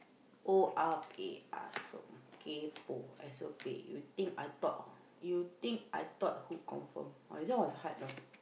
you think I thought you think I thought who confirm oh this one was hard know